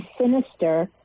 sinister